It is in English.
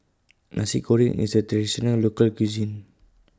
Nasi Goreng IS A Traditional Local Cuisine